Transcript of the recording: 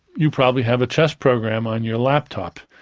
you probably have a chess program on your laptop.